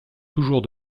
toujours